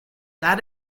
that